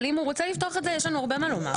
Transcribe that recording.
אבל אם הוא רוצה לפתוח את זה יש לנו הרבה מה לומר.